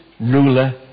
ruler